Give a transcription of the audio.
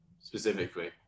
specifically